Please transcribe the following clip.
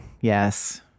yes